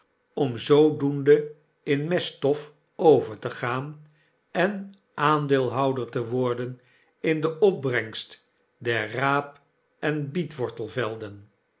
om zoodoende in meststof over te gaan en aandeelhouder te worden in de opbrengst der raap en